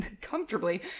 comfortably